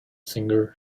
singer